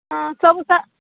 ହଁ ସବୁ ଛୁଆ